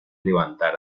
levantar